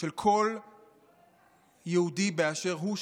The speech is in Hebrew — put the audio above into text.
של כל יהודי באשר הוא,